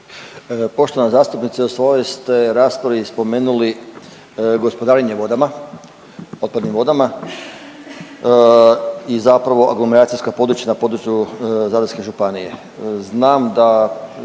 Poštovana zastupnice u svojoj ste raspravi spomenuli gospodarenje vodama otpadnim vodama i zapravo aglomeracijska područja na području Zadarske županije. Znam da